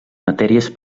matèries